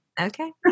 Okay